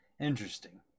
Interesting